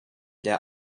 der